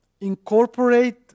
incorporate